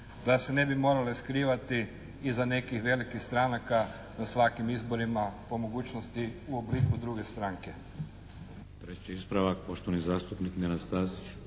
da se ne bi morale skrivati iza nekih velikih stranaka na svakim izborima, po mogućnosti u obliku druge stranke. **Šeks, Vladimir (HDZ)** Treći ispravak, poštovani zastupnik Nenad Stazić.